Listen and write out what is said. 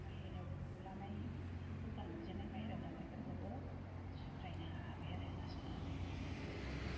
बायहेरा लानाय बिदिनो दखान लुजेननाय बायहेरायाव लानायफोरखौबो सुद्रायनो हाबाय आरो लासै लासै आमफ्राइ दा